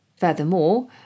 Furthermore